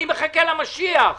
אני מחכה למשיח.